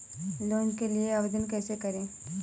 Loan के लिए आवेदन कैसे करें?